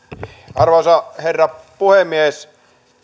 arvoisa herra puhemies